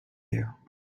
you